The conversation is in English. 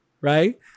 right